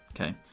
Okay